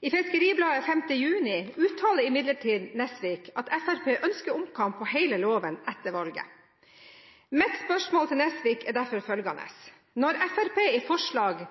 I Fiskeribladet Fiskaren 5. juni uttaler imidlertid Nesvik at Fremskrittspartiet ønsker omkamp om hele loven etter valget. Mitt spørsmål til Nesvik blir derfor følgende: Når Fremskrittspartiet i forslag